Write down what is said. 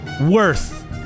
worth